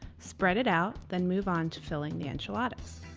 spread it out then move on to filling the enchiladas.